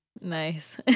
Nice